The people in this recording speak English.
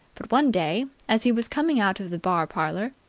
but one day, as he was coming out of the bar-parlour.